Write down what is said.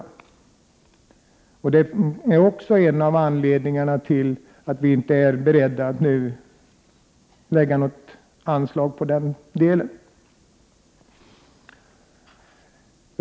Det är också en av anledningarna till att utskottsmajoriteten inte är beredd att nu ge något anslag till den delen.